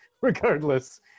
regardless